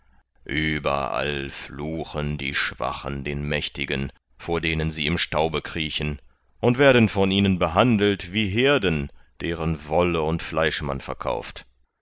ueberall fluchen die schwachen den mächtigen vor denen sie im staube kriechen und werden von ihnen behandelt wie heerden deren wolle und fleisch man verkauft